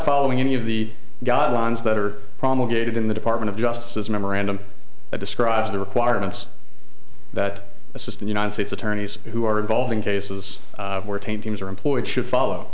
following any of the guidelines that are promulgated in the department of justice memorandum that describes the requirements that assistant united states attorneys who are involved in cases where tainted are employed should follow